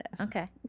Okay